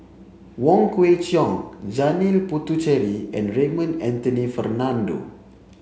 Wong Kwei Cheong Janil Puthucheary and Raymond Anthony Fernando